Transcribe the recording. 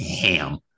ham